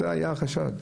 זה היה החשד.